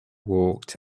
walked